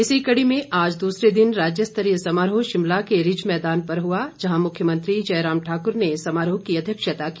इसी कड़ी में आज दूसरे दिन राज्य स्तरीय समारोह शिमला के रिज मैदान पर हुआ जहां मुख्यमंत्री जयराम ठाकुर ने समारोह की अध्यक्षता की